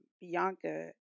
Bianca